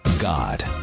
God